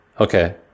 Okay